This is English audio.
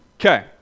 Okay